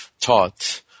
taught